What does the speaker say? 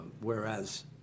whereas